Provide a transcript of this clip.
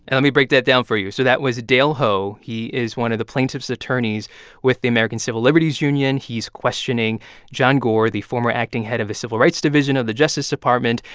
and me break that down for you. so that was dale ho. he is one of the plaintiff's attorneys with the american civil liberties union. he's questioning john gore, the former acting head of the civil rights division of the justice department,